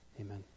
Amen